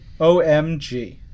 OMG